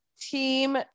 Team